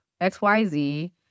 xyz